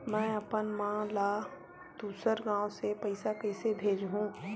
में अपन मा ला दुसर गांव से पईसा कइसे भेजहु?